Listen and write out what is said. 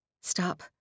Stop